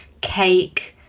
cake